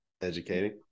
educating